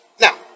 Now